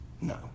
No